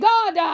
God